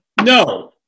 No